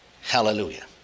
Hallelujah